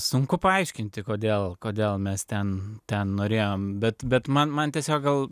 sunku paaiškinti kodėl kodėl mes ten ten norėjom bet bet man man tiesiog gal